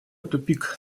тупик